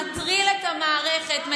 מטריל את המערכת,